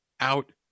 out